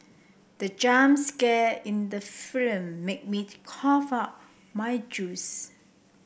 the jump scare in the film made me cough out my juice